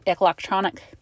electronic